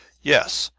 yes!